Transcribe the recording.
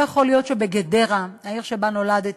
לא יכול להיות שבגדרה, העיר שבה נולדתי,